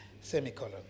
Semicolon